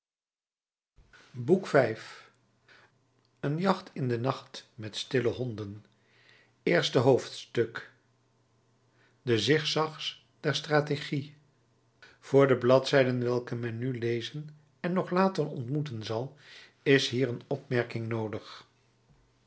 boek v een jacht in den nacht met stille honden eerste hoofdstuk de zigzags der strategie voor de bladzijden welke men nu lezen en nog later ontmoeten zal is hier een opmerking noodig